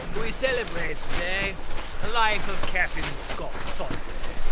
we celebrate today the life of captain scott sodbury,